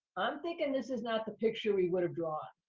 i'm thinking this is not the picture we would have drawn.